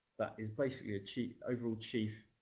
is basically a chief, overall chief,